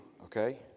okay